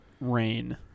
rain